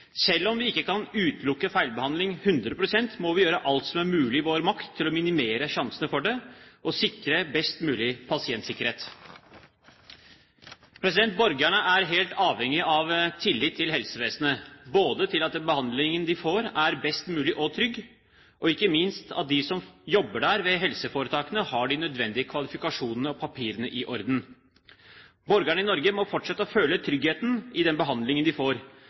Selv om vi ikke kan utelukke feilbehandling 100 pst., må vi gjøre alt som er mulig og som står i vår makt for å minimalisere sjansene for det, og sikre best mulig pasientsikkerhet. Borgerne er helt avhengig av tillit til helsevesenet, både til at behandlingen de får, er best mulig, og trygg, og ikke minst til at de som jobber ved helseforetakene, har de nødvendige kvalifikasjonene og papirene i orden. Borgerne i Norge må fortsette å føle trygghet i den behandlingen de får.